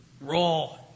raw